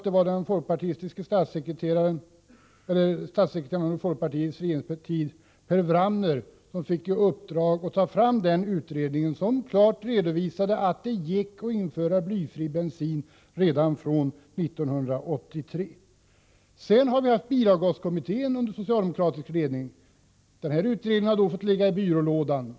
Det var statssekreteraren under folkpartiets regeringsperiod Per Wramner som fick i uppdrag att göra en utredning, och den redovisade klart att det gick att införa blyfri bensin redan från 1983. Bilavgaskommittén har arbetat under socialdemokratisk ledning. Den nämnda utredningen har fått ligga i byrålådan.